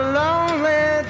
lonely